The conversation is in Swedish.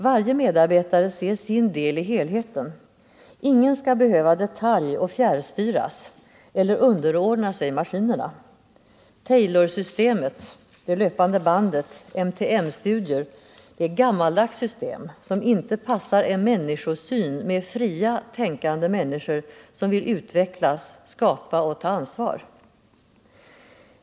Varje medarbetare ser sin del i helheten. Ingen skall behöva detaljoch fjärrstyras eller underordna sig maskinerna. Taylorsystemet, det löpande bandet och MTM-studier är gammaldags system som inte passar en människosyn med fria, tänkande människor som vill utvecklas, skapa och ta ansvar.